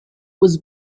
was